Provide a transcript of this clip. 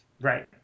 Right